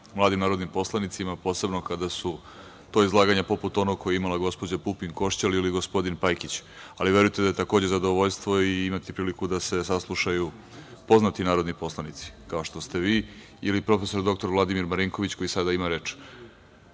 mladim narodnim poslanicima, posebno kada su to izlaganja poput onog koji je imala gospođa Pupin Košćal ili gospodin Pajkić. Ali, verujte da je takođe zadovoljstvo imati priliku da se saslušaju poznati narodni poslanici, kao što ste vi ili prof. dr Vladimir Marinković, koji sada ima